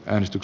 risto k